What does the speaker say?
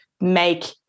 make